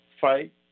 fight